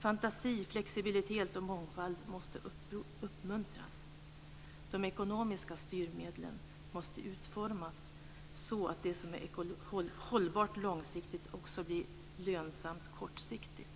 Fantasi, flexibilitet och mångfald måste uppmuntras. De ekonomiska styrmedlen måste utformas så att det som är hållbart långsiktigt också blir lönsamt kortsiktigt.